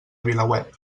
vilaweb